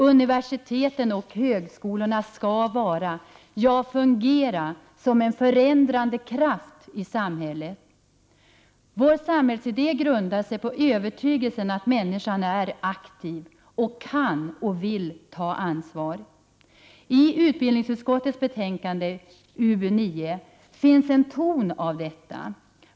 Universiteten och högskolorna skall fungera som en förändrande kraft i samhället. Vår samhällsidé grundar sig på övertygelsen att människan är aktiv och att hon kan och vill ta ansvar. I utbildningsutskottets betänkande, UbU 9, finns en ton av detta.